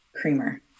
Creamer